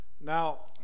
Now